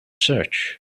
search